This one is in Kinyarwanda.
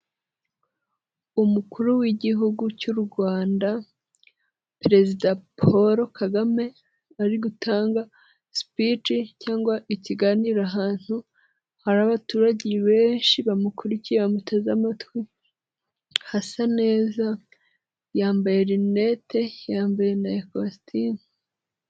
Umukuru w'igihugu cy'u Rwanda perezida paul KAGAME ari gutanga sipici cyangwa ikiganiro ahantu hari abaturage benshi bamukurikiye bamuteze amatwi, hasa neza yambaye rinete ya mbere na kositimu.